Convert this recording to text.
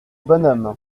bonhomme